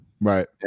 Right